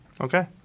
Okay